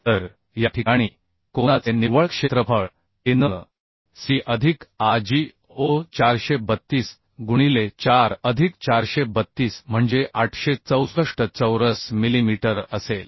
तर या ठिकाणी कोनाचे निव्वळ क्षेत्रफळ a nc अधिक a g o 432 गुणिले 4 अधिक 432 म्हणजे 864 चौरस मिलीमीटर असेल